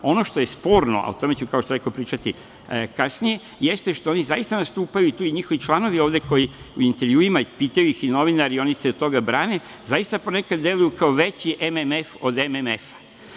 Ono što je sporno, a o tome ću, kao što je rekoh, pričati kasnije, jeste što oni zaista nastupaju, i tu i njihovi članovi ovde, koji u intervjuima, pitaju ih i novinari, i oni se od toga brane, zaista ponekad deluju kao veći MMF od MMF.